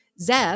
Zeb